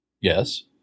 Yes